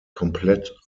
komplett